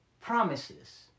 promises